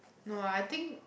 no ah I think